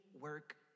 work